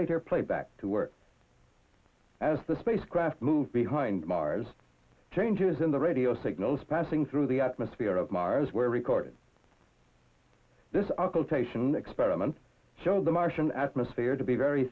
later playback to work as the spacecraft moved behind mars changes in the radio signals passing through the atmosphere of mars were recorded this our cultivation experiments show the martian atmosphere to be very